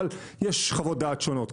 אבל יש חוות דעת שונות,